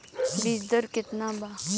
बीज दर केतना बा?